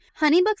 HoneyBook's